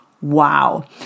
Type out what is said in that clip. wow